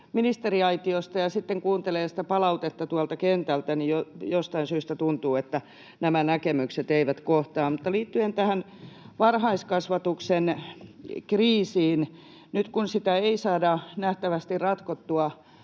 ministeriaitiosta ja sitten kuuntelee sitä palautetta tuolta kentältä, niin jostain syystä tuntuu, että nämä näkemykset eivät kohtaa. Mutta liittyen tähän varhaiskasvatuksen kriisiin: Nyt kun sitä ei saada nähtävästi ratkottua